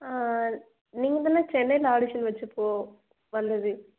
நீங்கள் தானே சென்னையில ஆடிஷன் வச்சப்போ வந்தது